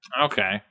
Okay